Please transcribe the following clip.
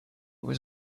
was